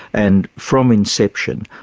and from inception,